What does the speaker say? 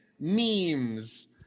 memes